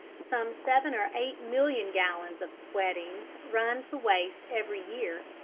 some seven or eight million gallons of sweatings run to waste every year.